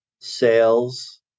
sales